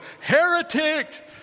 heretic